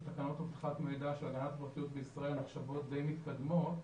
התקנות לאבטחת מידע של הגנת הפרטיות בישראל נחשבות די מתקדמות.